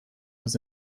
was